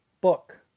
book